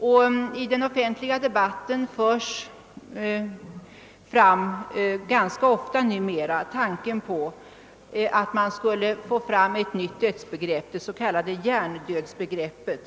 I den offentliga debatten förs numera ganska ofta fram tanken på att skapa ett nytt dödsbegrepp, det s.k. hjärndödsbegreppet.